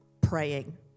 praying